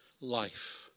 life